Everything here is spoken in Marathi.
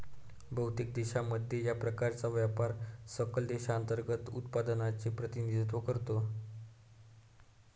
बहुतेक देशांमध्ये, या प्रकारचा व्यापार सकल देशांतर्गत उत्पादनाचे प्रतिनिधित्व करतो